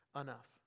enough